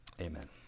amen